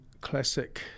classic